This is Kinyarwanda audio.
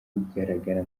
kugaragara